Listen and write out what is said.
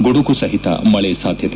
ಗುಡುಗುಸಹಿತ ಮಳೆ ಸಾಧ್ಯತೆ